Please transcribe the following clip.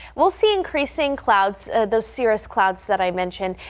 we'll see increasing clouds those serious clouds that i mentioned.